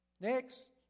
Next